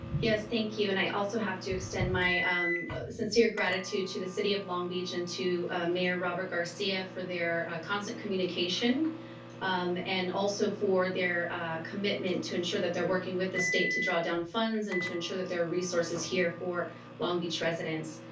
yes thank you and i also have to extend my um sincere gratitude to the city of long beach and to mayor robert garcia for their constant communication um and also for their commitment to ensure that they're working with the state to draw down funds and to ensure that there are resources here for long beach residents.